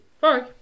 bye